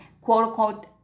quote-unquote